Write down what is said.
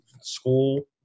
school